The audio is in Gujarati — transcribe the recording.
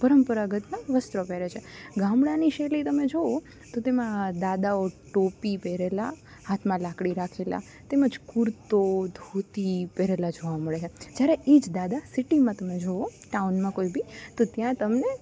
પરંપરાગતના વસ્ત્રો પહેરે છે ગામડાંની શૈલી તમે જુઓ તો તેમાં દાદાઓ ટોપી પહેરેલા હાથમાં લાકડી રાખેલા તેમજ કુર્તો ધોતી પહેરેલા જોવા મળે જ્યારે એ જ દાદા સીટીમાં તમે જુઓ ટાઉનમાં કોઈ બી તો ત્યાં તમને